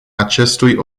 acestui